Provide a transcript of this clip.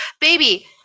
Baby